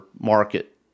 market